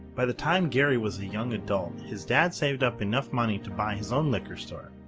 by the time gary was a young adult, his dad saved up enough money to buy his own liquor store.